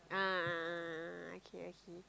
a'ah a'ah a'ah